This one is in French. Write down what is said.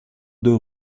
deux